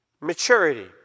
maturity